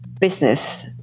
business